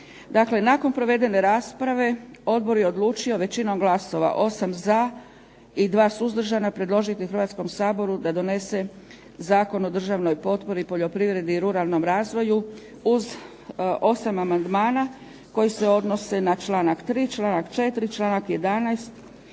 nakon provedene rasprave, Odbor je odlučio većinom glasova 8 za i 2 suzdržana predložiti Hrvatskom saboru da donese Zakon o državnoj potpori poljoprivredi i ruralnom razvoju uz 8 amandmana koji se odnose na članak 3., članak 4., članak 11.,